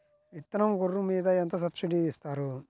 విత్తనం గొర్రు మీద ఎంత సబ్సిడీ ఇస్తారు?